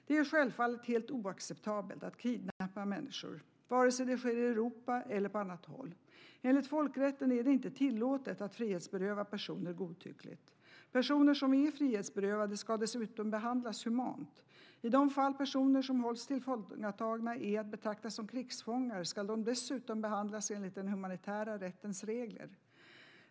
Det är självfallet helt oacceptabelt att kidnappa människor, vare sig det sker i Europa eller på annat håll. Enligt folkrätten är det inte tillåtet att frihetsberöva personer godtyckligt. Personer som är frihetsberövade ska dessutom behandlas humant. I de fall personer som hålls tillfångatagna är att betrakta som krigsfångar ska de dessutom behandlas enligt den humanitära rättens regler.